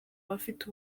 abafite